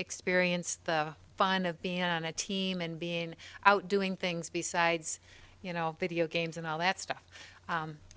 experience the fun of being on a team and being out doing things besides you know video games and all that stuff